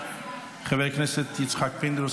חבר הכנסת יצחק פינדרוס,